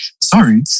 sorry